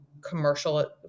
commercial